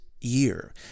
year